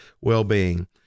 well-being